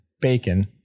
bacon